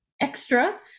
extra